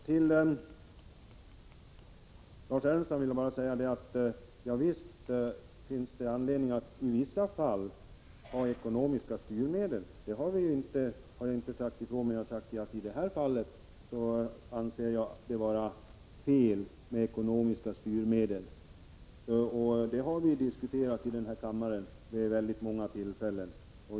Till Lars Ernestam vill jag bara säga: Visst finns det anledning att i vissa fall använda ekonomiska styrmedel — det har jag inte emotsagt. Däremot har jag förklarat att jag i det här fallet anser det vara fel med ekonomiska styrmedel. Detta har vi ju diskuterat i den här kammaren vid många tillfällen.